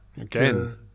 again